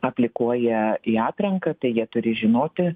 aplikuoja į atranką tai jie turi žinoti